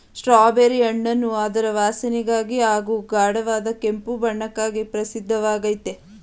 strawberry ಹಣ್ಣನ್ನು ಅದರ ವಾಸನೆಗಾಗಿ ಹಾಗೂ ಗಾಢವಾದ ಕೆಂಪು ಬಣ್ಣಕ್ಕಾಗಿ ಪ್ರಸಿದ್ಧವಾಗಯ್ತೆ